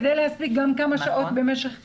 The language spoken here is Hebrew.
כדי להספיק כמה שעות במשך היום.